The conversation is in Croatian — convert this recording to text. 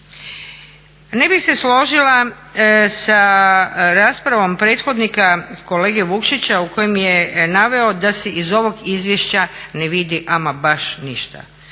Ne bih se složila sa raspravom prethodnika kolege Vukšića u kojoj je naveo da se iz ovog izvješća ne vidi ama baš ništa.